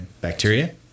bacteria